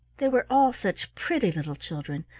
they were all such pretty little children,